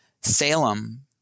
Salem